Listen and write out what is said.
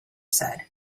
said